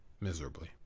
miserably